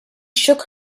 shook